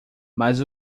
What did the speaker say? mas